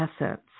essence